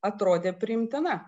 atrodė priimtina